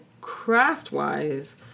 craft-wise